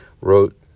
wrote